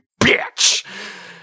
bitch